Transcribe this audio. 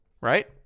Right